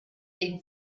been